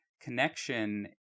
connection